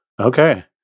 Okay